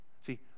See